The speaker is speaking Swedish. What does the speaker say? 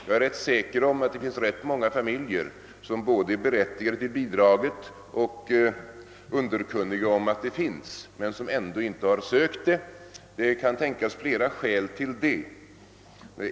Jag är rätt säker på att det finns många familjer som både är berättigade till bidraget och underkunniga om att det finns men som ändå inte har ansökt om sådant bidrag. Flera skäl kan tänkas till detta.